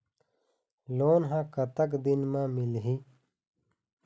Loan ह कतक दिन मा मिलही?